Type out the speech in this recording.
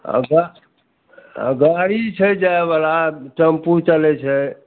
अच्छा गाड़ी छै जाय बला टेम्पू चलै छै